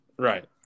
Right